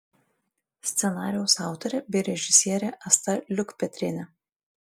scenarijaus autorė bei režisierė asta liukpetrienė